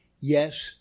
Yes